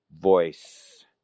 voice